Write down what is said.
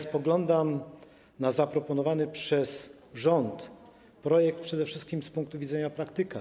Spoglądam na zaproponowany przez rząd projekt przede wszystkim z punktu widzenia praktyka.